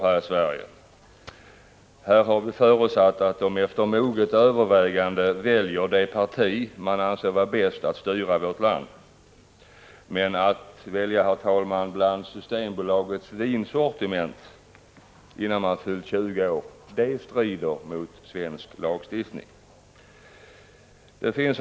Här har vi förutsatt att man efter moget övervägande väljer det parti man anser vara bäst att styra vårt land. Men att välja bland Systembolagets vinsortiment innan man fyllt 20 år strider mot svensk lagstiftning. Herr talman!